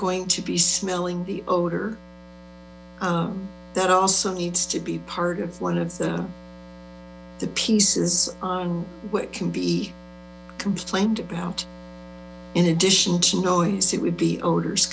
going to be smelling the odor that also needs to be part of one of the pieces on what can be complained about in addition to noise it would be odors